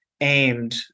aimed